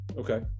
Okay